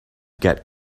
get